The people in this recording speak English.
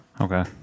Okay